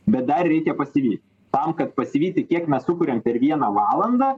bet dar reikia pasivyt tam kad pasivyti kiek mes sukuriam per vieną valandą